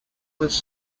was